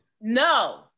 No